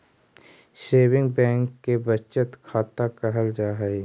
saving bank के बचत खाता कहल जा हइ